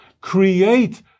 Create